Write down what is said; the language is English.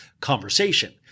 conversation